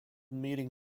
meeting